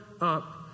up